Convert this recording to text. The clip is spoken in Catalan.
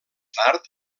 tard